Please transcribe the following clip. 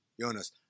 Jonas